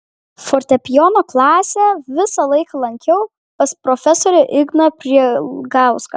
fortepijono klasę visą laiką lankiau pas profesorių igną prielgauską